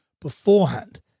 beforehand